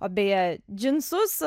o beje džinsus